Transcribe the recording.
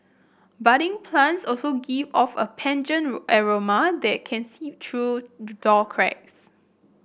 budding plants also give off a pungent aroma that can seep through door cracks